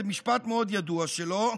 זה משפט מאוד ידוע שלו: